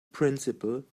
principle